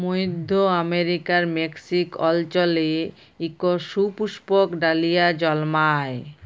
মইধ্য আমেরিকার মেক্সিক অল্চলে ইক সুপুস্পক ডালিয়া জল্মায়